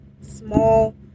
small